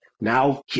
Now